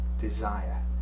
desire